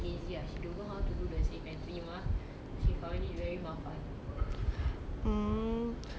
hmm !wah! then she travel all ah public transport ah